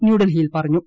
ന്യൂഡൽഹിയിൽ പറഞ്ഞു